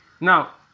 Now